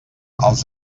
els